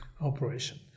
operation